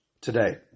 today